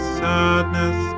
sadness